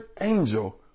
angel